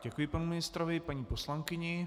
Děkuji panu ministrovi, paní poslankyni.